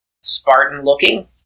Spartan-looking